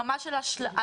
ברמה של השעיה,